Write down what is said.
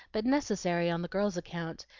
but necessary on the girl's account,